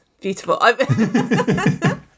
Beautiful